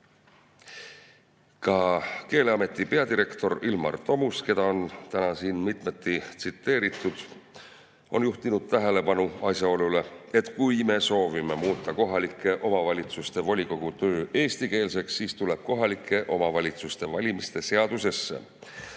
Ka Keeleameti peadirektor Ilmar Tomusk, keda on täna siin mitu korda tsiteeritud, on juhtinud tähelepanu asjaolule, et kui me soovime muuta kohalike omavalitsuste volikogu töö eestikeelseks, siis tuleb kohaliku omavalitsuse [volikogu] valimise seadusesse